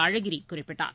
அழகிரி குறிப்பிட்டார்